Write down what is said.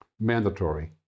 Mandatory